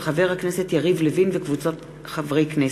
של חבר הכנסת יריב לוין וקבוצת חברי הכנסת,